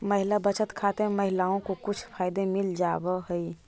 महिला बचत खाते में महिलाओं को कुछ फायदे मिल जावा हई